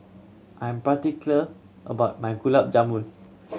I am particular about my Gulab Jamun